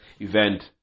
event